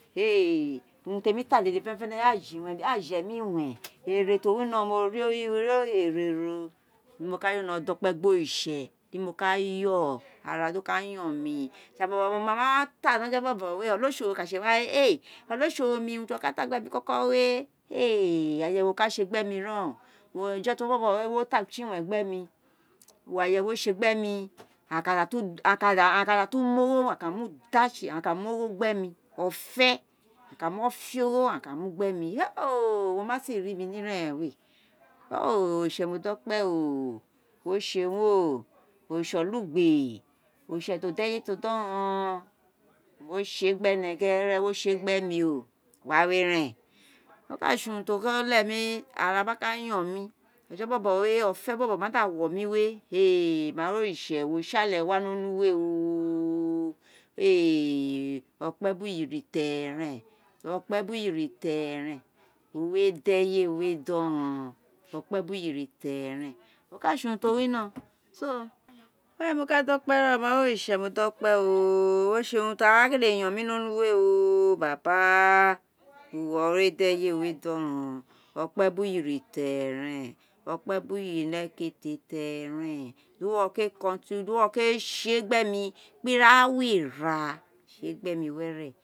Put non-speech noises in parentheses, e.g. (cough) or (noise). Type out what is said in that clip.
(hesitation) urun ti emi ta dede fenefene áà ji wen, áà je mi iwen (noise) e, e ti o winoron moto ere ro, mo ka jọlọ da ọkpẹ gbe oritse, di mo ka yo, a ra di o ka yo mi, sisi ira bobo wo má mà ta i ojo bobo wé, obo sowo ka se (hesitation) olósowò mi urun ti wo kan tagbe ini koko (hesitation) aye wo ka sé gbemi, ojoubobo wa we wo ta gbe mi, uwo a ye, wo sé gbemi, aghani ka datu u ogho, aka (unintelligible) aka mu ogho gbe mi ote aka (noise) aka mu ofe ogho aka mu gbe mi (unintelligible) wo ma si ri mi ni ira eren wé, mo gin oritse mo do kpe o, wo sé wuno, oritse olugbé, oritse ti o da eyé, tio da oron wo sé gbe ewe gerere wo sé gbe emi o, wè we ran o ka sé nuun ti o ka leghe mi ara gbaka you mi ojo bobo wé ofe bobo ma da wo miwi (hesitation) mo gin oritse wo sa eile wa ni onuwé o (hesitation) okpe bini uyiri tere ren okpé biri uyiri tere ren uwe da eyé, uwé da oron okpe biri uyiri teren ren (noise) o ka sé urun ti o hohoron so, were mo ka da okpé ren o mo gin oritse mo da okpé o wó sé urun ti ara kele yon mini onuwé (hesitation) baba (noise) uro ré da eye, uwo ré da oron, okpe, biri uyiri teren rem okpe biri uyiri ni ekété te re ren (hesitation) di uwo kpé sé gbe emi kpira a wo ira sé gbeni were.